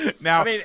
Now